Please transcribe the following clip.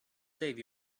save